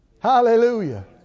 Hallelujah